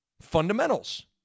fundamentals